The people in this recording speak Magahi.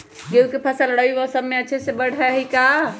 गेंहू के फ़सल रबी मौसम में अच्छे से बढ़ हई का?